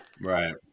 right